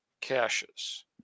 caches